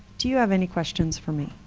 do you have any questions for me?